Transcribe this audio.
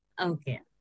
Okay